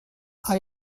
are